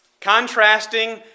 contrasting